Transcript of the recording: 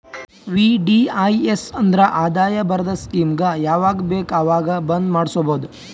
VDIS ಅಂದುರ್ ಆದಾಯ ಬರದ್ ಸ್ಕೀಮಗ ಯಾವಾಗ ಬೇಕ ಅವಾಗ್ ಬಂದ್ ಮಾಡುಸ್ಬೋದು